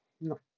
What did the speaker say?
No